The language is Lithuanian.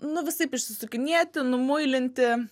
na visaip išsisukinėti numuilinti